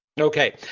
okay